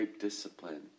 discipline